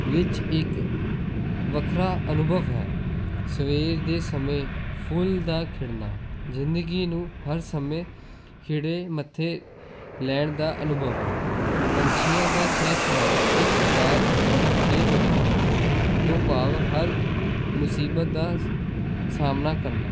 ਵਿੱਚ ਇੱਕ ਵੱਖਰਾ ਅਨੁਭਵ ਹੈ ਸਵੇਰ ਦੇ ਸਮੇਂ ਫੁੱਲ ਦਾ ਖਿੜਨਾ ਜ਼ਿੰਦਗੀ ਨੂੰ ਹਰ ਸਮੇਂ ਖਿੜੇ ਮੱਥੇ ਲੈਣ ਦਾ ਅਨੁਭਵ ਹੈ ਪੰਛੀਆਂ ਦਾ ਚਹਿਚਹਾਣਾ ਇੱਕ ਡਰ ਬਣ ਕੇ ਉੱਡਣਾ ਤੋਂ ਭਾਵ ਹਰ ਮੁਸੀਬਤ ਦਾ ਸਾਹਮਣਾ ਕਰਨਾ